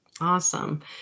Awesome